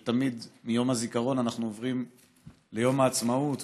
הרי תמיד מיום הזיכרון אנחנו עוברים ליום העצמאות,